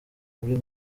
muri